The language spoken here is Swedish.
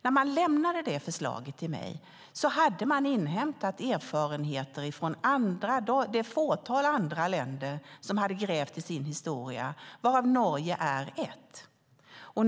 När man lämnade det förslaget till mig hade man inhämtat erfarenheter från det fåtal andra länder som har grävt i sin historia, varav Norge är ett.